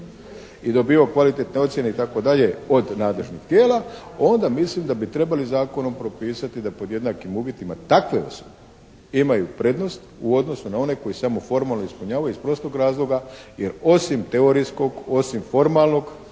i dobivao kvalitetne ocjene, itd., od nadležnih tijela onda mislim da bi trebali zakonom propisati da pod jednakim uvjetima takve osobe imaju prednost u odnosu na one koji samo formalno ispunjavaju. Iz prostog razloga jer osim teorijskog, osim formalnog